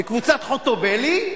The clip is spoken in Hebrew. חוטובלי.